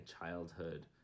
childhood